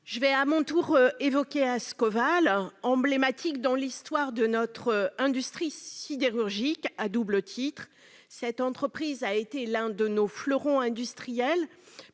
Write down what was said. je vais à mon tour évoquer Ascoval, emblématique dans l'histoire de notre industrie sidérurgique, et ce à double titre. Cette entreprise a été l'un de nos fleurons industriels,